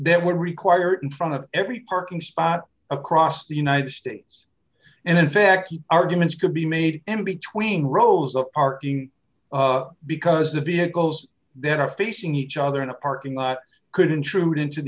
that would require in front of every parking spot across the united states and in fact the arguments could be made and between rows of parking because the vehicles that are facing each other in a parking lot could intrude into